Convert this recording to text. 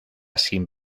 sin